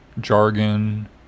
jargon